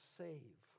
save